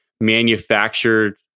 manufactured